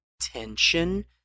tension